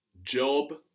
Job